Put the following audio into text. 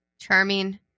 Charming